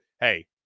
hey